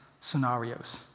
scenarios